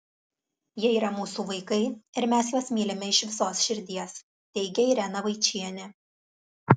jie yra mūsų vaikai ir mes juos mylime iš visos širdies teigia irena vaičienė